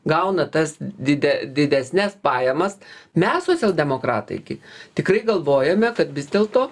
gauna tas dide didesnes pajamas mes socialdemokratai kai tikrai galvojame kad vis dėlto